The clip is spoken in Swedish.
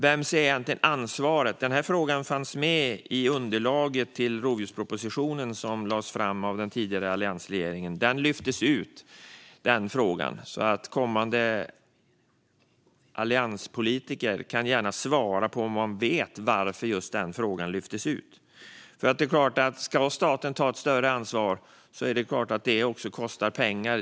Vems är egentligen ansvaret? Frågan fanns med i underlaget till den rovdjursproposition som lades fram av alliansregeringen men lyftes sedan ut. Någon alliansledamot får gärna svara på varför just den frågan lyftes ut. Om staten ska ta ett större ansvar kostar det givetvis pengar.